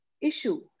issue